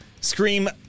Scream